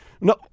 No